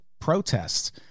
protests